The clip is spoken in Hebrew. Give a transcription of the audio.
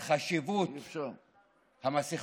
על חשיבות המסכות,